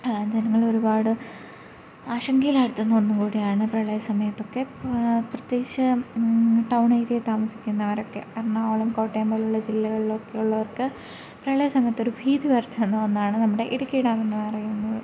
ജനങ്ങളെ ഒരുപാട് ആശങ്കയിൽ ആഴ്ത്തുന്ന ഒന്നും കൂടിയാണ് പ്രളയ സമയത്തൊക്കെ പ പ്രത്യേകിച്ച് ടൗണ് ഏരിയയിൽ താമസിക്കുന്നവരൊക്കെ എറണാകുളം കോട്ടയം പോലെയുള്ള ജില്ലകളിലൊക്കെ ഉള്ളവർക്ക് പ്രളയസമയത്ത് ഒരു ഭീതി പരത്തുന്ന ഒന്നാണ് നമ്മുടെ ഇടുക്കി ഡാമെന്നു പറയുന്നത്